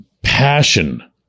passion